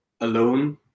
alone